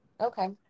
Okay